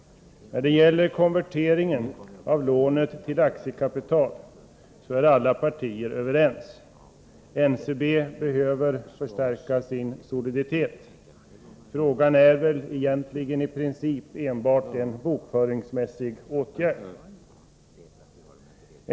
När det gäller konverteringen av lånet till aktiekapital är alla partier överens. NCB behöver förbättra sin soliditet. Det gäller väl egentligen i princip enbart en bokföringsmässig åtgärd.